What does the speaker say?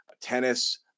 tennis